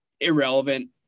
irrelevant